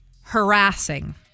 harassing